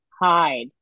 hide